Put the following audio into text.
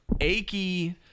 achy